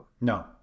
No